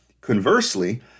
Conversely